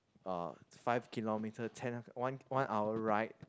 uh five kilometer ten one one hour ride